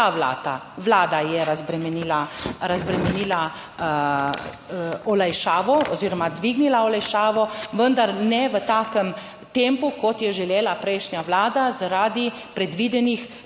Vlada je razbremenila olajšavo oziroma dvignila olajšavo, vendar ne v takem tempu, kot je želela prejšnja Vlada zaradi predvidenih prevelikih